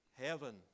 heaven